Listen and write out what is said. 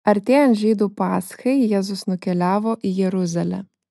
artėjant žydų paschai jėzus nukeliavo į jeruzalę